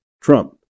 Trump